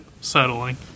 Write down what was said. Settling